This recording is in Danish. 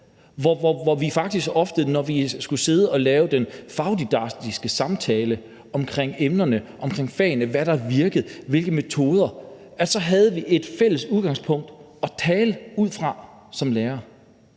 havde vi faktisk – når vi skulle sidde og lave den fagdidaktiske samtale om emnerne og om fagene og om, hvad der virkede, og hvilke metoder vi skulle bruge – et fælles udgangspunkt at tale ud fra som lærere.